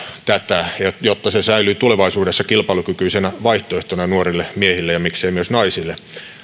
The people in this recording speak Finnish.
tätä jotta se säilyy tulevaisuudessa kilpailukykyisenä vaihtoehtona nuorille miehille ja miksei myös naisille